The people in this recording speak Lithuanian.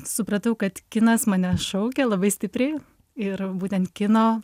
supratau kad kinas mane šaukia labai stipriai ir būtent kino